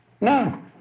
No